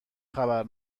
خبر